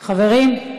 חברים,